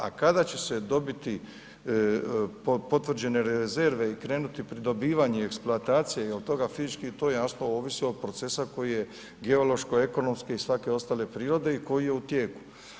A kada će se dobiti potvrđene rezerve i krenuti pri dobivanju eksploatacije i to fizički, to jasno ovisi od procesa koji je geološko-ekonomske i svake ostale prirode i koji je u tijeku.